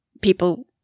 people